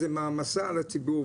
זה מעמסה לציבור.